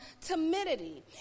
timidity